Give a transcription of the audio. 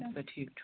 اَچھا ٹھیٖک چھُ